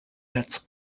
nets